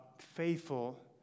faithful